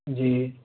جی